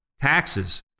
Taxes